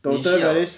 你需要